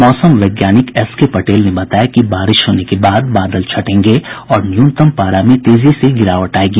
मौसम वैज्ञानिक शैलेन्द्र कुमार पटेल ने बताया कि बारिश होने के बाद बादल छटेंगे और न्यूनतम पारा में तेजी से गिरावट आयेगी